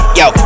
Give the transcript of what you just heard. yo